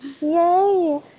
Yay